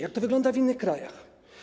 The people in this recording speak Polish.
Jak to wygląda w innych krajach?